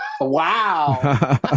Wow